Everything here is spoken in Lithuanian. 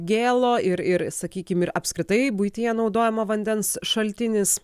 gėlo ir ir sakykim ir apskritai buityje naudojamo vandens šaltinis